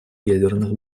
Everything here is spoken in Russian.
ядерных